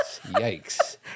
yikes